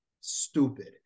stupid